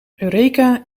eureka